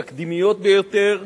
התקדימיות ביותר,